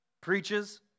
preaches